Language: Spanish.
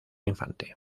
infante